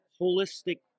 holistic